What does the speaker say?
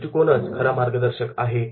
हा दृष्टिकोनच खरा मार्गदर्शक आहे